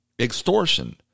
extortion